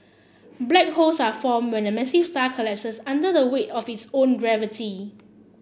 black holes are formed when a massive star collapses under the weight of its own gravity